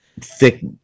Thick